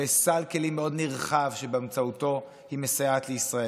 אבל יש סל כלים מאוד נרחב שבאמצעותו היא מסייעת לישראל,